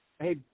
Hey